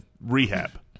rehab